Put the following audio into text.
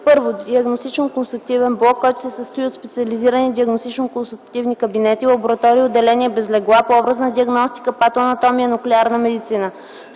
1. диагностично-консултативен блок, който се състои от специализирани диагностично-консултативни кабинети, лаборатории и отделения без легла по образна диагностика, патоанатомия и нуклеарна медицина;